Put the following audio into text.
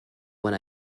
when